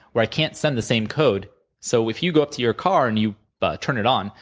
where i can't send the same code, so if you go up to your car and you but turn it on,